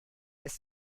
ist